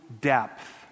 depth